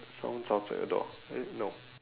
someone's outside the door eh no